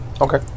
Okay